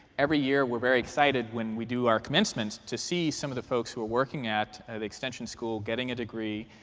every year, we're very excited when we do our commencement to see some of the folks who are working at the extension school, getting a degree.